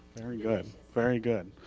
very good. very good.